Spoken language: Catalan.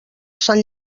sant